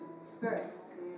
spirits